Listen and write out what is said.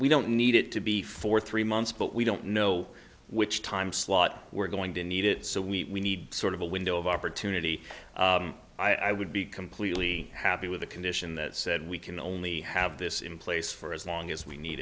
we don't need it to be for three months but we don't know which time slot we're going to need it so we need sort of a window of opportunity i would be completely happy with a condition that said we can only have this in place for as long as we need